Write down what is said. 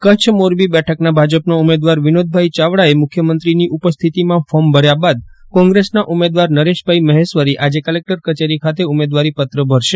કચ્છ મોરબી બેઠકના ભાજપના ઉમેદવાર વિનોદભાઇ ચાવડાએ મુખ્યમંત્રીની ઉપસ્થિતિમાં ફોર્મ ભર્યા બાદ કોંગ્રેસના ઉમેદવાર નરેશભાઇ મહેશ્વરી આજે કલેકટર કચેરી ખાતે ઉમેદવારીપત્ર ભરશે